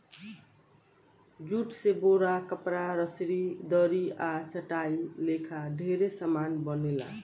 jute से बोरा, कपड़ा, रसरी, दरी आ चटाई लेखा ढेरे समान बनेला